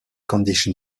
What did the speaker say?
condition